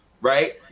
right